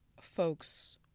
folks